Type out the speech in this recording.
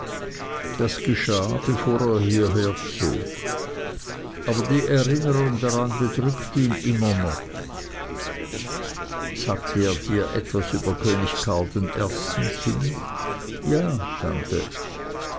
das geschah bevor er hierher zog aber die erinnerung daran bedrückt ihn immer noch sagte er dir etwas über könig karl den ersten kind ja tante